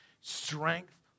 strength